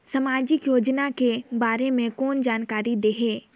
समाजिक योजना के बारे मे कोन जानकारी देही?